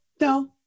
no